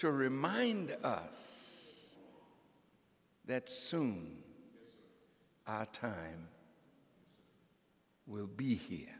to remind us that soon our time will be